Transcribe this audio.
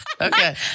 Okay